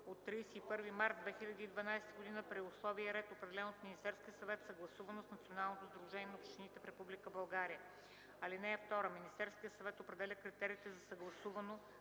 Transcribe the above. от 31.03.2012 г. при условия и ред, определени от Министерския съвет, съгласувано с Националното сдружение на общините в Република България. (2) Министерският съвет определя критериите за съгласуване